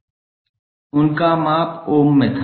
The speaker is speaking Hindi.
उन का माप ओम में था